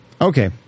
Okay